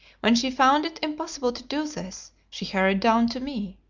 when she found it impossible to do this, she hurried down to me.